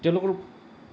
তেওঁলোকৰ